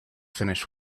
finished